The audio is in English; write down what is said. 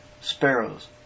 sparrows